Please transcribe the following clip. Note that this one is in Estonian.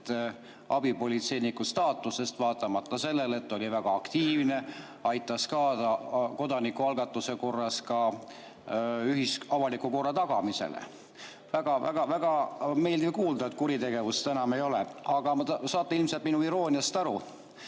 abipolitseiniku staatusest, vaatamata sellele, et ta oli väga aktiivne, aitas kaasa kodanikualgatuse korras ka avaliku korra tagamisele. Väga-väga meeldiv kuulda, et kuritegevust enam ei ole. Aga no te saate ilmselt minu irooniast aru.